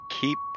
keep